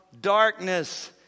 darkness